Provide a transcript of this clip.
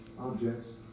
objects